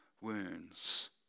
wounds